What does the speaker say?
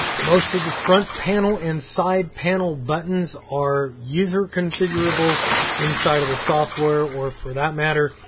most of the front panel and side panel buttons are user-configurable inside of the software or for that matter,